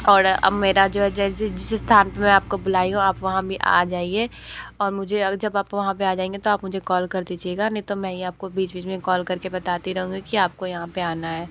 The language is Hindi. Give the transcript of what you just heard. और अब मेरा जो है जिस स्थान पे मैं आप को बुलाई हूँ आप वहाँ पर आ जाइए और मुझे जब आप वहाँ पर आ जाएंगे तो आप मुझे कॉल कर दीजिएगा नहीं तो मैं ही आप को बीच बीच में कॉल कर के बताती रहूँगी कि आप को यहाँ पर आना है